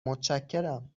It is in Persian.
متشکرم